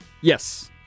Yes